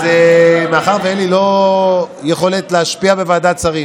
מאחר שאין לי יכולת להשפיע בוועדת השרים